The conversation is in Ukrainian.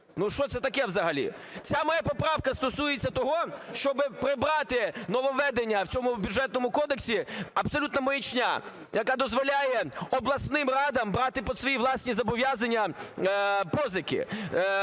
Ну що це таке взагалі? Ця моя поправка стосується того, щоби прибрати нововведення в цьому Бюджетному кодексі – абсолютна маячня, яка дозволяє обласним радам брати під свої власні зобов'язання позики